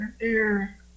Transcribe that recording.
air